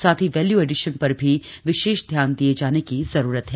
साथ ही value addition पर भी विशेष ध्यान दिये जाने की जरूरत है